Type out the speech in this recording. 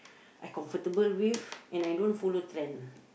I comfortable with and I don't follow trend